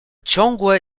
ciągłe